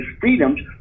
freedoms